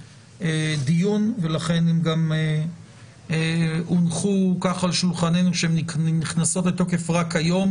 דיון ולכן הן הונחו על שולחננו כשהן נכנסות לתוקף רק היום